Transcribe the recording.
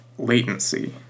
Latency